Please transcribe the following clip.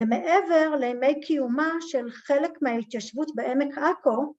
ומעבר לימי קיומה של חלק מההתיישבות בעמק עכו